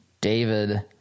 David